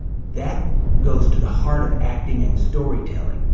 that goes to the heart of acting and storytelling.